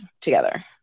together